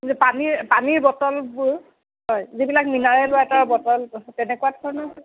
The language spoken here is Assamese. পানীৰ পানীৰ বটলবোৰ হয় যিবিলাক মিনাৰেল ৱাটাৰ বটল তেনেকুৱাত হয়